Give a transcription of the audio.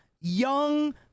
young